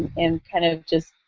and kind of just